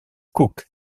cook